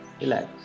relax